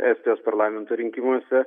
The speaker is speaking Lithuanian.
estijos parlamento rinkimuose